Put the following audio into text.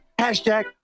Hashtag